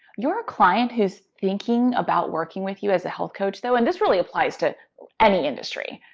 your client who's thinking about working with you as a health coach, so and this really applies to any industry,